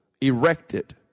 erected